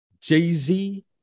Jay-Z